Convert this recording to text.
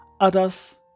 Others